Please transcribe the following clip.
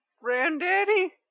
Granddaddy